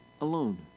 alone